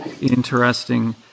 interesting